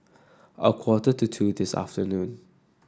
a quarter to two this afternoon